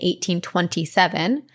1827